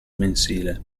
mensile